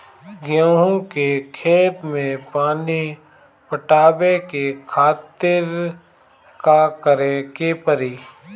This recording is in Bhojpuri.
गेहूँ के खेत मे पानी पटावे के खातीर का करे के परी?